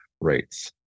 rates